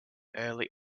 early